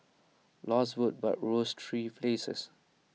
lost votes but rose three places